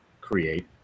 create